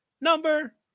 number